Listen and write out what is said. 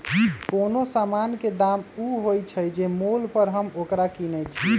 कोनो समान के दाम ऊ होइ छइ जे मोल पर हम ओकरा किनइ छियइ